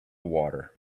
water